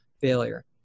failure